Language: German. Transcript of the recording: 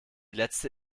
letzte